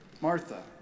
Martha